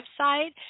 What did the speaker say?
website